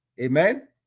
Amen